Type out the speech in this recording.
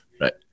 Right